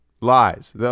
lies